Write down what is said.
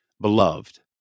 Beloved